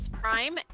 Prime